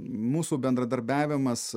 mūsų bendradarbiavimas